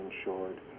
insured